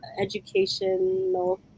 educational